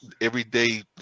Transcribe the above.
everyday